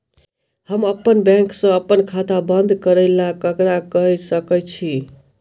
हम अप्पन बैंक सऽ अप्पन खाता बंद करै ला ककरा केह सकाई छी?